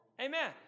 Amen